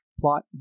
plot